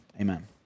amen